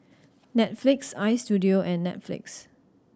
Netflix Istudio and Netflix